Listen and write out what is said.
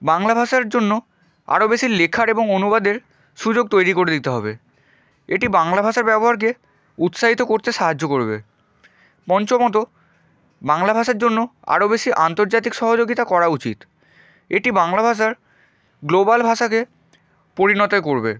বাংলা ভাষার জন্য আরও বেশি লেখার এবং অনুবাদের সুযোগ তৈরি করে দিতে হবে এটি বাংলা ভাষার ব্যবহারকে উৎসাহিত করতে সাহায্য করবে পঞ্চমত বাংলা ভাষার জন্য আরও বেশি আন্তর্জাতিক সহযোগিতা করা উচিত এটি বাংলা ভাষার গ্লোবাল ভাষাকে পরিণত করবে